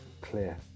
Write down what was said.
clear